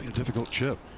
ah difficult chip.